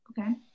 Okay